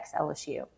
LSU